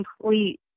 complete